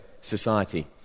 society